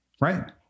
Right